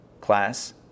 class